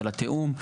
של התיאום,